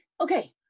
okay